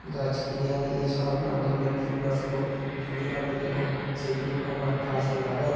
গাছ কিনে আনি এছাড়াও নানা ধরনের কীটনাশকও কিনে আনি এবং সেগুলো আমার কাজে লাগাই